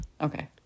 Okay